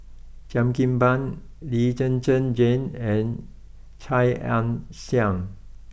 Cheo Kim Ban Lee Zhen Zhen Jane and Chia Ann Siang